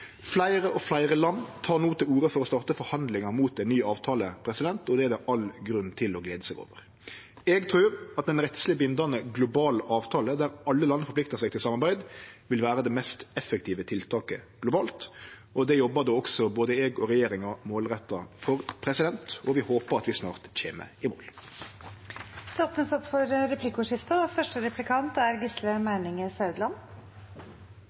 Fleire og fleire land tek no til orde for å starte forhandlingar mot ein ny avtale, og det er det all grunn til å glede seg over. Eg trur at ein rettsleg bindande global avtale der alle land forpliktar seg til samarbeid, vil vere det mest effektive tiltaket globalt, og det jobbar både eg og regjeringa målretta for. Vi håpar at vi snart kjem i mål. Det blir replikkordskifte. På innleggene fra SV og